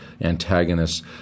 antagonists